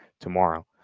tomorrow